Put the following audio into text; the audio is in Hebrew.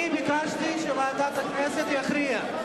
אני ביקשתי שוועדת הכנסת תכריע.